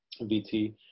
VT